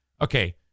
Okay